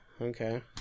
Okay